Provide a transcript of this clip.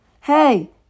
hey